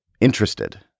interested